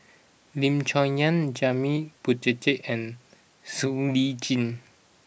Lim Chong Yah Janil Puthucheary and Siow Lee Chin